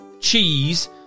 cheese